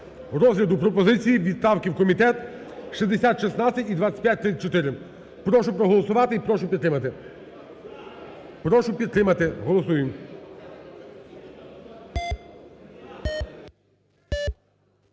розгляду пропозиції відправки в комітет 6016 і 2534. Прошу проголосувати. Прошу підтримати. Прошу підтримати. Голосуємо.